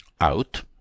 out